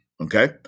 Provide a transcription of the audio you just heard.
Okay